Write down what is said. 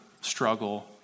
struggle